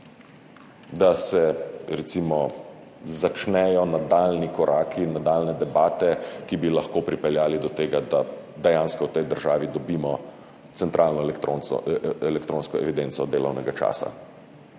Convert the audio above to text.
bodo recimo začeli nadaljnji koraki, nadaljnje debate, ki bi lahko pripeljale do tega, da dejansko v tej državi dobimo centralno elektronsko evidenco delovnega časa